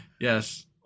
Yes